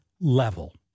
level